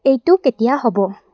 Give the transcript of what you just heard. এইটো কেতিয়া হ'ব